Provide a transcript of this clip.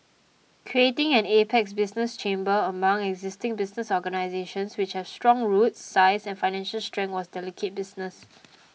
creating an apex business chamber among existing business organisations which have strong roots size and financial strength was delicate business